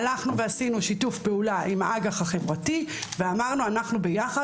עשינו שיתוף פעולה עם האג"ח החברתי ואמרנו שאנחנו ביחד